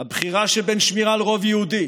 בבחירה שבין שמירה על רוב יהודי